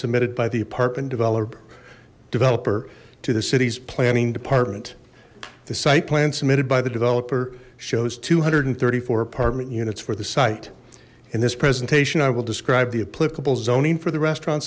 submitted by the apartment developer developer to the city's planning department the site plan submitted by the developer shows two hundred and thirty four apartment units for the site in this presentation i will describe the applicable zoning for the restaurant